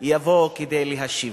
יבוא כדי להשיב.